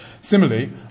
Similarly